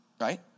right